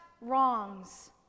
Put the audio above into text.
wrongs